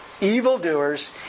evildoers